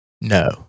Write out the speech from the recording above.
No